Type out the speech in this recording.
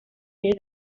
near